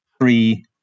three